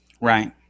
Right